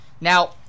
Now